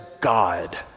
God